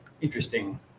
interesting